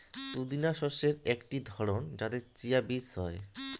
পুদিনা শস্যের আকটি ধরণ যাতে চিয়া বীজ হই